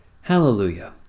Hallelujah